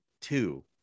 Two